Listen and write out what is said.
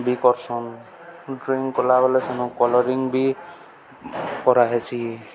ବି କରସନ୍ ଡ୍ରଇଂ କଲାବେଲେ ସନୁ କଲରିଙ୍ଗ ବି କରା ହେସି